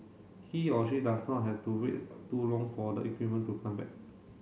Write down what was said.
he or she does not have to wait too long for the equipment to come back